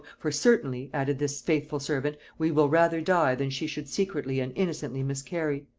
for certainly, added this faithful servant, we will rather die than she should secretly and innocently miscarry.